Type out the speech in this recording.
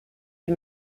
sie